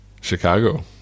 Chicago